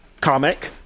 Comic